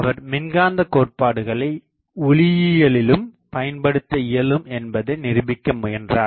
அவர் மின்காந்த கோட்பாடுகளை ஒளியியளிலும் பயன்படுத்தஇயலும் என்பதை நிரூபிக்க முயன்றார்